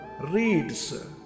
reads